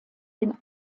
den